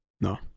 No